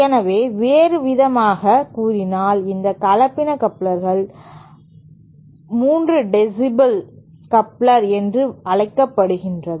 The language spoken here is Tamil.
எனவே வேறுவிதமாகக் கூறினால் இந்த கலப்பின கப்ளர் 3 dB கப்ளர் என்றும் அழைக்கப்படுகிறது